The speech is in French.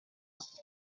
trouve